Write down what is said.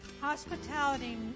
hospitality